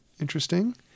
Interesting